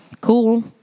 cool